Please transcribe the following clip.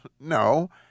No